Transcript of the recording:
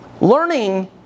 Learning